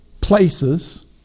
places